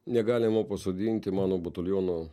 negalima pasodinti mano bataliono